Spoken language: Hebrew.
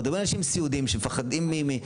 אנחנו מדברים על אנשי סיעודיים שמפחדים מווירוסים